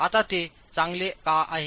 आता ते चांगले का आहे